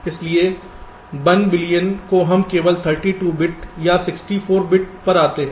इसलिए 1 बिलियन से हम केवल 32 बिट्स या 64 बिट्स पर आते हैं